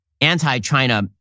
anti-China